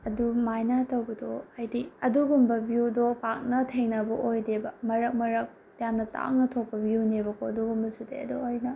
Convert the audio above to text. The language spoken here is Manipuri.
ꯑꯗꯨꯃꯥꯏꯅ ꯇꯧꯕꯗꯣ ꯍꯥꯏꯗꯤ ꯑꯗꯨꯒꯨꯝꯕ ꯚ꯭ꯌꯨꯗꯣ ꯄꯥꯛꯅ ꯊꯦꯡꯅꯕ ꯑꯣꯏꯗꯦꯕ ꯃꯔꯛ ꯃꯔꯛ ꯌꯥꯝꯅ ꯇꯥꯡꯅ ꯊꯣꯛꯄ ꯚ꯭ꯌꯨꯅꯦꯕꯀꯣ ꯑꯗꯨꯒꯨꯝꯕꯁꯤꯗꯤ ꯑꯗꯣ ꯑꯩꯅ